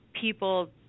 people